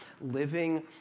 living